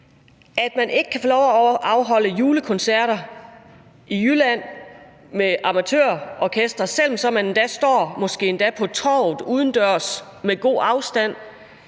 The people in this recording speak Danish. Man kan ikke få lov til at afholde julekoncerter i Jylland med amatørorkestre, selv om man måske endda står på torvet udendørs med god afstand.